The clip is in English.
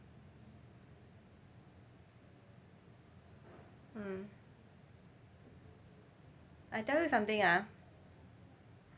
mm I tell you something ah